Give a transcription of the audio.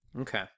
okay